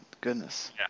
goodness